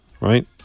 Right